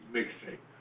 Mixtape